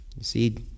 see